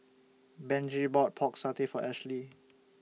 Benji bought Pork Satay For Ashlea